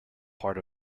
part